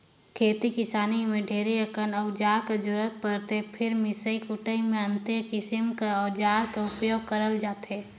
खेती किसानी मे ढेरे अकन अउजार कर जरूरत परथे फेर मिसई कुटई मे अन्ते किसिम कर अउजार कर उपियोग करल जाथे